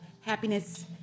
happiness